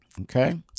Okay